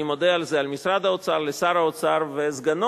אני מודה על זה למשרד האוצר, לשר האוצר ולסגנו.